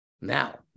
Now